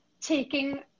taking